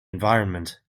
environment